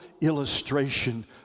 illustration